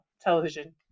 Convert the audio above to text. television